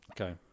Okay